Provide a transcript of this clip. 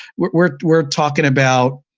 we're we're talking about,